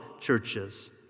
churches